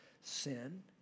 sin